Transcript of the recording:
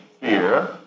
fear